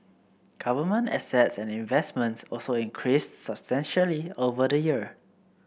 government assets and investments also increased substantially over the year